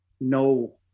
no